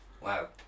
Wow